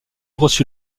reçu